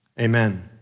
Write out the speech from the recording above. Amen